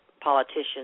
politicians